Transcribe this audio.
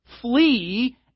flee